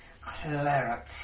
cleric